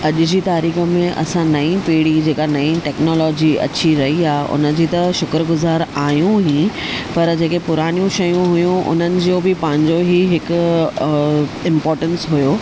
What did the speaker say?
अॼ जी तारीख़ में असां नई पीड़ी जेका नई टैकनोलॉजी अची रही आ्हे उन जी त शुक्रगुज़ारु आहियूं ई पर जेके पुरानियूं शयूं हुयूं उन्हनि जो बि पंहिंजो ई हिकु इम्पोटैन्स हुओ